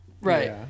Right